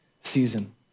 season